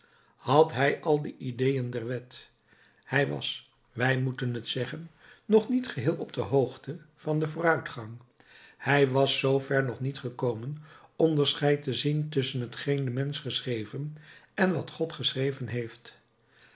had hij al de ideeën der wet hij was wij moeten t zeggen nog niet geheel op de hoogte van den vooruitgang hij was zoo ver nog niet gekomen onderscheid te zien tusschen t geen de mensch geschreven en wat god geschreven heeft